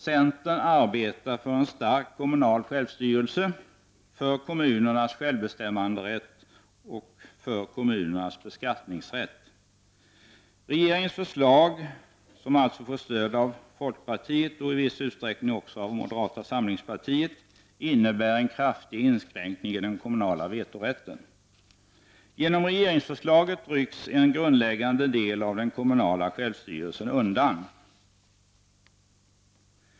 Centern arbetar för en stark kommunal självstyrelse, för kommunernas självbestämmanderätt och för kommunernas beskattningsrätt. Regeringens förslag, som får stöd av folkpartiet och i viss utsträckning även av moderata samlingspartiet, innebär en kraftig inskränkning i den kommunala vetorätten. Genom regeringsförslaget rycks en grundläggande del av den kommunala självstyrelsen undan.